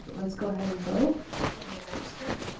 ah but let's go ahead and vote. virginia baxter?